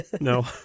no